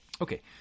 Okay